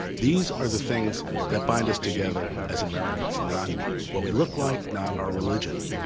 these are the things that bind us together as americans, not what we look like, not our religion.